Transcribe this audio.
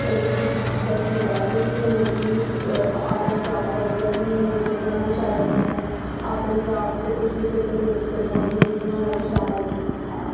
कोई बी चीज दस्सने दा ते मी रंगोली मी आर्ट ऐंड क्राफ्ट दा बहुत जैदा जि'यां मी रंगोली बनाना बी शैल लगदी ते आर्ट ऐंड क्राफ्ट किश बी पेपर वेस्ट करना कोई बी चीज बनाना शैल लगदी ऐ